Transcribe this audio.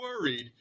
worried